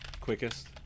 quickest